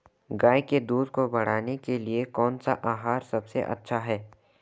गाय के दूध को बढ़ाने के लिए कौनसा आहार सबसे अच्छा है?